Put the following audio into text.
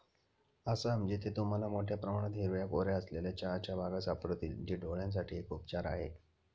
आसाम, जिथे तुम्हाला मोठया प्रमाणात हिरव्या कोऱ्या असलेल्या चहाच्या बागा सापडतील, जे डोळयांसाठी एक उपचार आहे